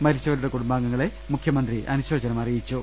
മരിച്ചവരുടെ കുടും ബാംഗങ്ങളെ മുഖ്യമന്ത്രി അനുശോചനം അറിയിച്ചു